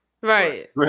Right